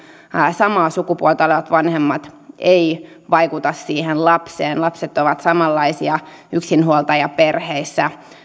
samaa sukupuolta olevat vanhemmat ei vaikuta siihen lapseen lapset ovat samanlaisia yksinhuoltajaperheissä